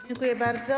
Dziękuję bardzo.